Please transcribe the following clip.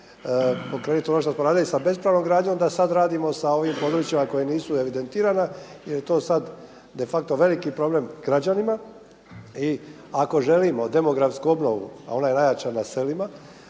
poreknuti ono što smo radili sa bespravnom građom da sada radimo sa ovim područjima koja nisu evidentirana jer je to sada de facto veliki problem građanima i ako želimo demografsku obnovu a ona najjača na selima,